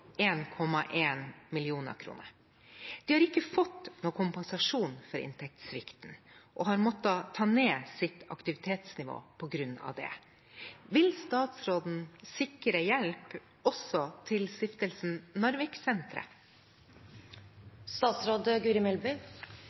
kroner. De har ikke fått noen kompensasjon for inntektssvikten, og har måttet ta ned sitt aktivitetsnivå på grunn av dette. Vil statsråden sikre hjelp også til Stiftelsen Narviksenteret?»